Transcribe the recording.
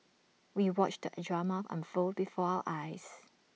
we watched the A drama unfold before our eyes